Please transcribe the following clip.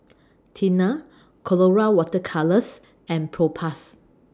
Tena Colora Water Colours and Propass